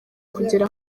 kugera